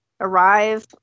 Arrive